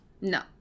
no